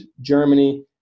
Germany